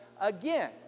again